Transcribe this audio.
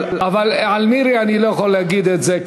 אבל על מירי אני לא יכול להגיד את זה,